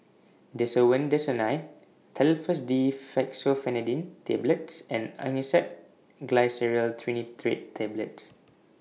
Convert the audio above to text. Desowen Desonide Telfast D Fexofenadine Tablets and Angised Glyceryl Trinitrate Tablets